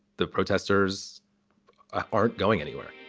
the protesters ah aren't going anywhere